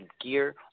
gear